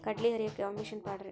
ಕಡ್ಲಿ ಹರಿಯಾಕ ಯಾವ ಮಿಷನ್ ಪಾಡ್ರೇ?